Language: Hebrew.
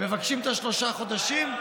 מבקשים את השלושה חודשים,